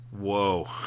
whoa